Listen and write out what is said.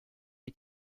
les